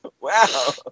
Wow